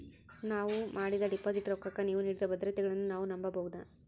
ನಾವು ಮಾಡಿದ ಡಿಪಾಜಿಟ್ ರೊಕ್ಕಕ್ಕ ನೀವು ನೀಡಿದ ಭದ್ರತೆಗಳನ್ನು ನಾವು ನಂಬಬಹುದಾ?